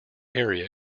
area